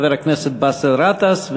חבר הכנסת באסל גטאס,